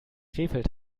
krefeld